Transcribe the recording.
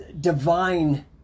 divine